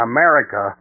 America